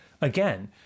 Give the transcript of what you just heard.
again